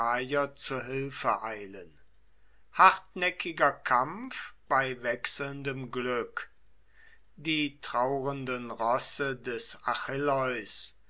zu hilfe eilen hartnäckiger kampf bei wechselndem glück die traurenden rosse des